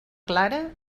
clara